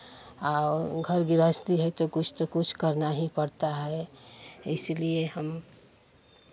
और घर गृहस्थी है तो कुछ तो कुछ करना ही पड़ता है इसलिए हम